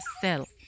cell